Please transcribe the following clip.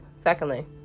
Secondly